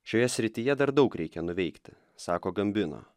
šioje srityje dar daug reikia nuveikti sako gambino